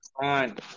fine